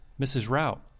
mrs. rout,